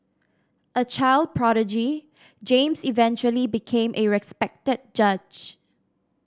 a child prodigy James eventually became a respected judge